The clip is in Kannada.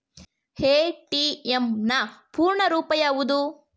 ಎ.ಟಿ.ಎಂ ನ ಪೂರ್ಣ ರೂಪ ಯಾವುದು?